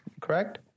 correct